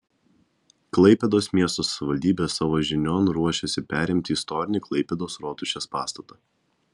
klaipėdos miesto savivaldybė savo žinion ruošiasi perimti istorinį klaipėdos rotušės pastatą